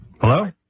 hello